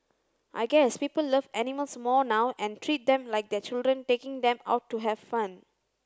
I guess people love animals more now and treat them like their children taking them out to have fun